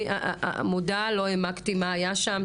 אני מודה שלא העמקתי מה היה שם,